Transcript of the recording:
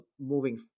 moving